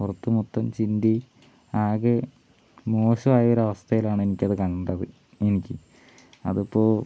പുറത്ത് മൊത്തം ചിന്തി ആകെ മോശമായ ഒരു അവസ്ഥയിലാണ് എനിക്കത് കണ്ടത് എനിക്ക് അതിപ്പോൾ